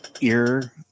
ear